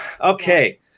Okay